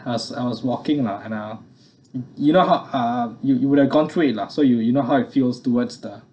as I was walking and I and I you know how uh you you would have gone through it lah so you you know how it feels towards the